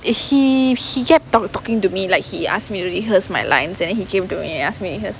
if he if he kept talking to me like he ask me to rehearse my lines and he came me and ask me he was